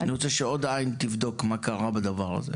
אני רוצה שעוד עין תבדוק מה קרה עם זה.